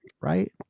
right